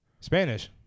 Spanish